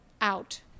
out